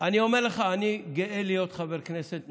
אני אומר לך, אני גאה להיות חבר כנסת.